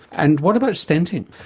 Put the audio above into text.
and what about stenting?